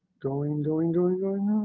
going, going, going, going,